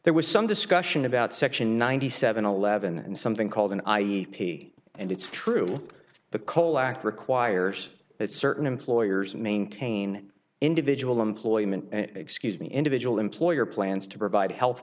there was some discussion about section ninety seven eleven and something called an i e and it's true the cole act requires that certain employers maintain individual employment excuse me individual employer plans to provide health